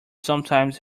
sometimes